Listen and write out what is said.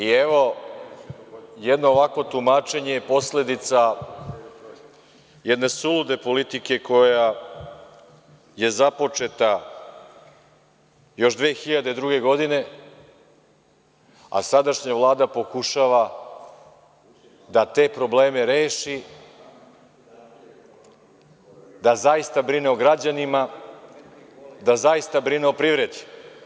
I, evo, jedno ovakvo tumačenje je posledica jedne sulude politike koja je započeta još 2002. godine, a sadašnja Vlada pokušava da te probleme reši, da zaista brine o građanima, da zaista brine o privredi.